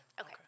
Okay